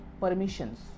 permissions